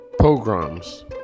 pogroms